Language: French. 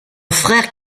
frère